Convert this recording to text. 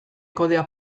kodea